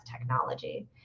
technology